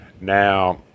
Now